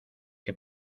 que